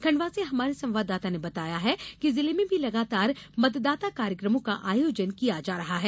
खंडवा से हमारे संवाददाता ने बताया है कि जिले में भी लगातार मतदाता कार्यक्रमों का आयोजन किया जा रहा है